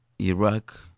Iraq